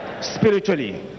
spiritually